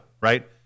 right